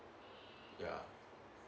yeah